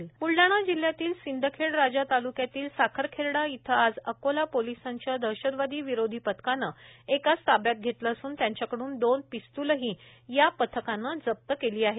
Buldhana PTC Buldhana जिल्ह्यातील सिंदखेड राजा ताल्क्यातील साखरखेडा येथे आज अकोला पोलिसाच्या दहशतवादी विरोधी पथकाने एकास ताब्यात घेतले असून त्यांच्याकड्न दोन पिस्त्लेही या पथकाने जप्त केले आहेत